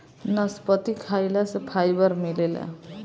नसपति खाइला से फाइबर मिलेला